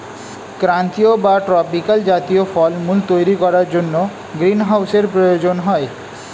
ক্রান্তীয় বা ট্রপিক্যাল জাতীয় ফলমূল তৈরি করার জন্য গ্রীনহাউসের প্রয়োজন হয়